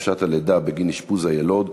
חוק להארכת חופשת הלידה בגין אשפוז היילוד,